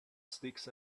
sticks